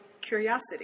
curiosity